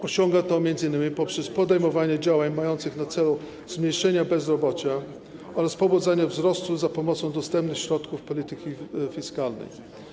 Osiąga się to m.in. poprzez podejmowanie działań mających na celu zmniejszenie bezrobocia oraz pobudzenie wzrostu za pomocą dostępnych środków polityki fiskalnej.